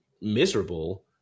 miserable